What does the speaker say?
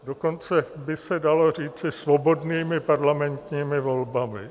Dokonce by se dalo říci svobodnými parlamentními volbami.